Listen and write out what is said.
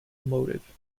motive